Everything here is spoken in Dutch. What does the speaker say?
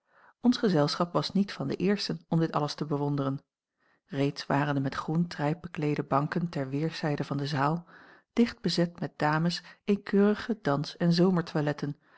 ons gezelschap was niet van de eersten om dit alles te bewonderen reeds waren de met groen trijp bekleede banken ter weerszijden van de zaal dicht bezet met dames in keurige dans en